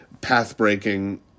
path-breaking